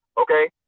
Okay